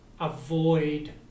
avoid